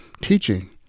teaching